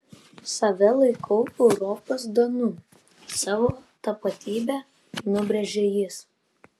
save laikau europos danu savo tapatybę nubrėžė jis